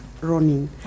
running